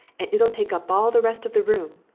and it'll take up all the rest of the room.